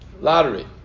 Lottery